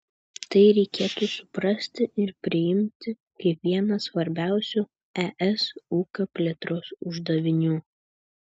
tai reikėtų suprasti ir priimti kaip vieną svarbiausių es ūkio plėtros uždavinių